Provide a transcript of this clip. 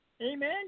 Amen